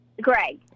Greg